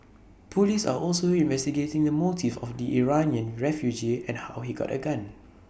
Police are also investigating the motives of the Iranian refugee and how he got A gun